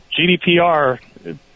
GDPR